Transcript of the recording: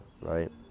right